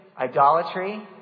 Idolatry